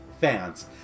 fans